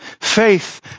Faith